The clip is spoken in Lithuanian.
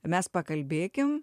mes pakalbėkim